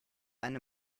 eine